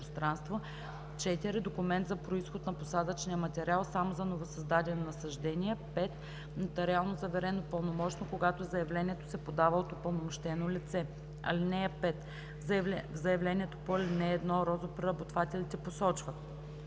4. документ за произход на посадъчния материал – само за новосъздадени насаждения; 5. нотариално заверено пълномощно, когато заявлението се подава от упълномощено лице. (5) В заявлението по ал. 1 розопреработвателите посочват: